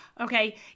okay